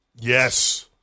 Yes